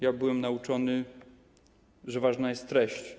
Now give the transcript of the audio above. Ja byłem nauczony, że ważna jest treść.